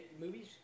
movies